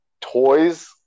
toys